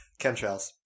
Chemtrails